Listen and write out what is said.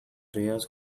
diaz